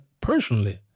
personally